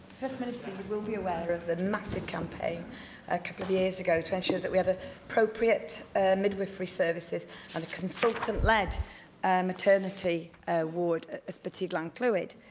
first minister, you will be aware of the massive campaign a couple of years ago to ensure that we had ah appropriate midwifery services and a consultant-led maternity ward at ysbyty glan clwyd.